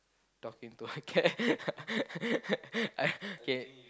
talking to my cat I K